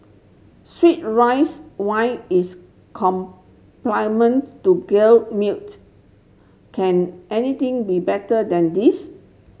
sweet rice wine is to can anything be better than this